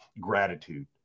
gratitude